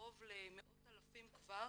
וקרוב למאות אלפים כבר